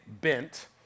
bent